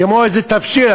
כמו איזה תבשיל,